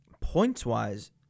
Points-wise